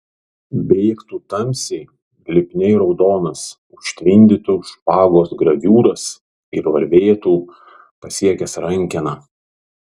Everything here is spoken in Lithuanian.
bėgtų tamsiai lipniai raudonas užtvindytų špagos graviūras ir varvėtų pasiekęs rankeną